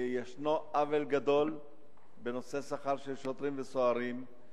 יש עוול גדול בנושא השכר של השוטרים והסוהרים.